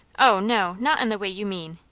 o no! not in the way you mean.